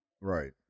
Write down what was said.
Right